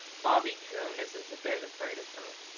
bobby coon isn't a bit afraid of her.